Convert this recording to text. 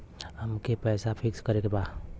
अमके पैसा फिक्स करे के बा?